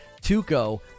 Tuco